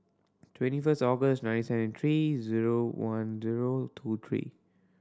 twenty first August nineteen three zero one zero two three